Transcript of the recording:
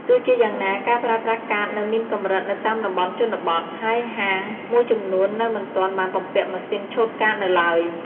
ទោះជាយ៉ាងណា ការប្រើប្រាស់កាតនៅមានកម្រិតនៅតាមតំបន់ជនបទ ហើយហាងមួយចំនួននៅមិនទាន់បានបំពាក់ម៉ាស៊ីនឆូតកាតនៅឡើយ។